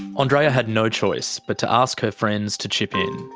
ah andreea had no choice but to ask her friends to chip in.